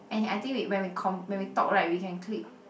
and he I think when we con~ when we talk right we can click